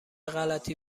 غلتی